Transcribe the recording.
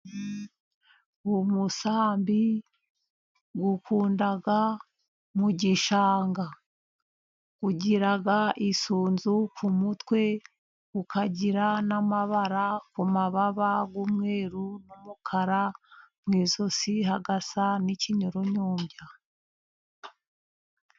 Umusambi ukunda mu gishanga. Ugira isunzu ku mutwe, ukagira n'amabara ku mababa y'umweruru n'umukara, mu ijosi hagasa n'kinyurunyumbya.